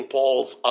Paul's